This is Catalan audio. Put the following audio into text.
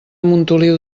montoliu